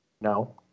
No